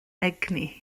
egni